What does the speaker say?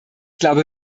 glaube